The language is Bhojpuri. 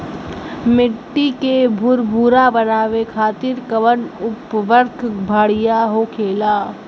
मिट्टी के भूरभूरा बनावे खातिर कवन उर्वरक भड़िया होखेला?